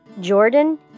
Jordan